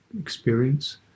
experience